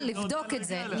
לבדוק את זה,